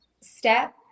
step